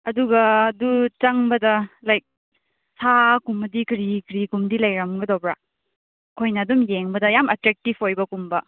ꯑꯗꯨꯒ ꯑꯗꯨ ꯆꯪꯕꯗ ꯂꯥꯏꯛ ꯁꯥꯒꯨꯝꯕꯗꯤ ꯀꯔꯤ ꯀꯔꯤꯒꯨꯝꯕꯗꯤ ꯂꯩꯔꯝꯒꯗꯧꯕ꯭ꯔꯥ ꯑꯩꯈꯣꯏꯅ ꯑꯗꯨꯝ ꯌꯦꯡꯕꯗ ꯌꯥꯝ ꯑꯦꯇ꯭ꯔꯦꯛꯇꯤꯚ ꯑꯣꯏꯕꯒꯨꯝꯕ